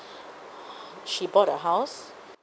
she bought a house